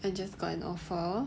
I just got an offer